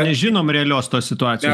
nežinom realios tos situacijos